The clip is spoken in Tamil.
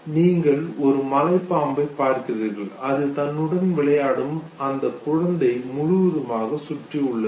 நீங்கள் ஒரு மலைப்பாம்பை பார்க்கிறீர்கள் அது தன்னுடன் விளையாடும் அந்த குழந்தையை முழுவதுமாக சுற்றி உள்ளது